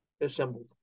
assembled